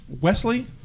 Wesley